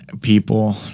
people